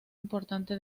importante